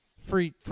free